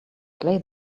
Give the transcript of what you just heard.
play